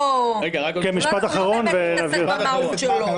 לא להתעסק במהות שלו.